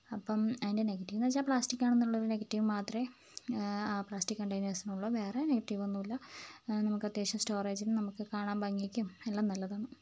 അപ്പം അതിന്റെ നെഗറ്റീവ് എന്നുവെച്ചാൽ പ്ലാസ്റ്റിക്ക് ആണ് എന്നുള്ള നെഗറ്റീവ് മാത്രമേ ആ പ്ലാസ്റ്റിക്ക് കണ്ടെയ്നേഴ്സിനുള്ളൂ വേറെ നെഗറ്റീവ് ഒന്നുമില്ല നമുക്ക് അത്യാവശ്യം സ്റ്റോറേജും നമുക്ക് കാണാൻ ഭംഗിക്കും എല്ലാം നല്ലതാണ്